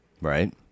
Right